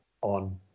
on